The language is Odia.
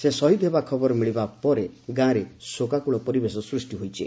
ସେ ଶହୀଦ ହେବା ଖବର ମିଳିବା ପରେ ଗାଁରେ ଶୋକାକୁଳ ପରିବେଶ ସୃଷ୍ ହୋଇଛି